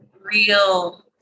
real